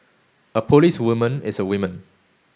a policewoman is a woman